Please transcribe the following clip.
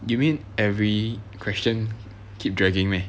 you mean every question keep dragging meh